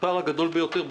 זה הפער הגדול ביותר ב-OECD,